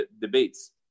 debates